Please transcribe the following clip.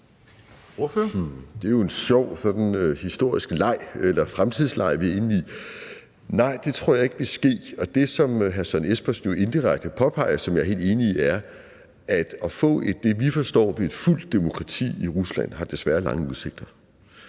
det er jo en sjov sådan fremtidsleg, vi er inde i. Nej, det tror jeg ikke vil ske, og det, som hr. Søren Espersen jo indirekte påpeger, og som jeg er helt enig i, er, at det at få det, vi forstår ved et fuldt demokrati i Rusland, desværre har lange udsigter.